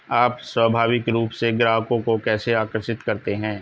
आप स्वाभाविक रूप से ग्राहकों को कैसे आकर्षित करते हैं?